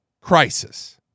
crisis